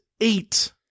eight